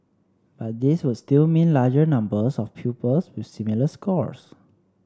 but these would still mean larger numbers of pupils with similar scores